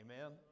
Amen